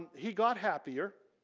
he got happier.